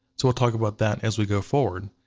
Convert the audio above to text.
so we'll talk about that as we go forward.